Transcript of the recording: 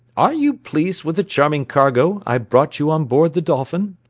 are you pleased with the charming cargo i brought you on board the dolphin?